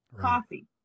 coffee